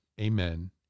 Amen